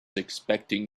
expecting